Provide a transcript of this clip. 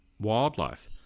wildlife